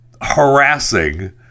harassing